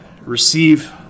receive